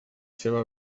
seva